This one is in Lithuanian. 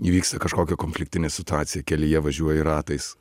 įvyksta kažkokia konfliktinė situacija kelyje važiuoji ratais